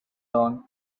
dawn